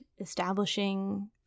establishing